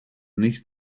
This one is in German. nicht